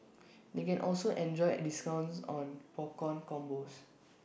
they can also enjoy discounts on popcorn combos